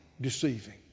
deceiving